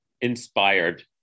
inspired